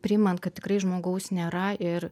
priimant kad tikrai žmogaus nėra ir